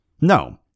No